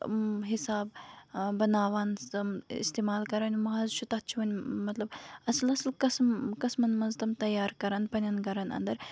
حِسابہٕ بَناوان سُہ اِستعمال کران ماز چھُ تَتھ چھُ وۄنۍ مطلب اَصٕل اَصٕل قس قٔسمَن منٛز تِم تَیار کران پَنٕنین گرَن اَندر